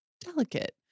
delicate